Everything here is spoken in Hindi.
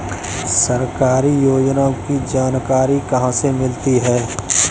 सरकारी योजनाओं की जानकारी कहाँ से मिलती है?